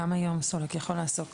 גם היום סולק יכול לעסוק